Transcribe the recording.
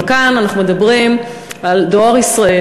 אבל כאן אנחנו מדברים על "דואר ישראל",